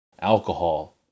alcohol